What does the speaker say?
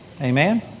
Amen